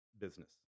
business